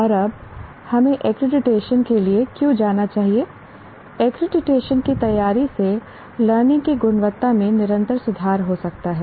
और अब हमें एक्रीडिटेशन के लिए क्यों जाना चाहिए एक्रीडिटेशन की तैयारी से लर्निंग की गुणवत्ता में निरंतर सुधार हो सकता है